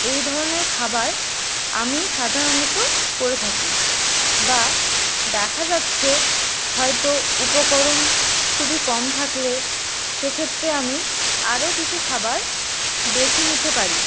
এই ধরনের খাবার আমি সাধারণত করে থাকি বা দেখা যাচ্ছে হয়তো উপকরণ খুবই কম থাকলে সেক্ষেত্রে আমি আরও কিছু খাবার বেছে নিতে পারি